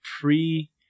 pre